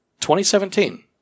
2017